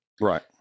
Right